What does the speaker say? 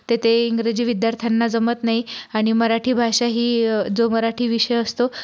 ते ते इंग्रजी विद्यार्थांना जमत नाही आणि मराठी भाषा ही जो मराठी विषय असतो